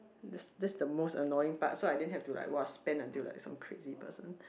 that's that's the most annoying part so I didn't have to like !wah! spend until like some crazy person